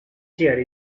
chair